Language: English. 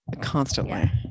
constantly